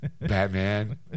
Batman